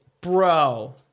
Bro